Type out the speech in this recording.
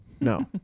no